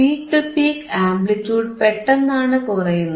peak to peak amplitude പെട്ടെന്നാണ് കുറയുന്നത്